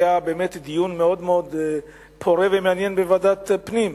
היה דיון מאוד פורה ומעניין בוועדת הפנים,